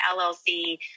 LLC